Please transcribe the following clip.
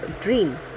dream